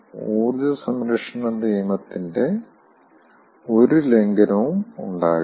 ഊർജ്ജ സംരക്ഷണ നിയമത്തിന്റെ ഒരു ലംഘനവും ഉണ്ടാകില്ല